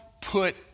put